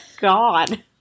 God